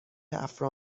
افرا